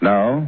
Now